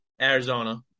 Arizona